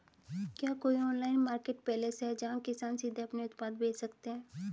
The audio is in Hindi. क्या कोई ऑनलाइन मार्केटप्लेस है जहां किसान सीधे अपने उत्पाद बेच सकते हैं?